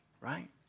Right